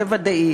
זה ודאי.